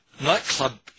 nightclub